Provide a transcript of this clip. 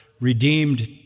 redeemed